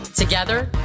Together